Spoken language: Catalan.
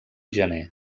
gener